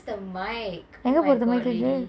is just the mic oh my god lady